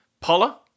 Paula